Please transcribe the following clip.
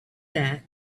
that